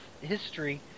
history